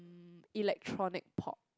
electronic pop